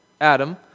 Adam